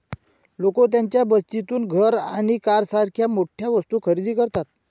लोक त्यांच्या बचतीतून घर आणि कारसारख्या मोठ्या वस्तू खरेदी करतात